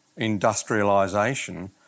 industrialisation